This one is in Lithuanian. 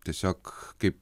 tiesiog kaip